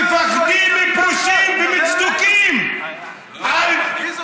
תפחדי מפרושים, אדוני,